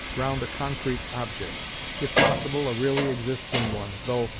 round a concrete object if possible a really existing one, though,